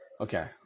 Okay